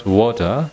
water